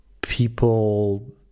people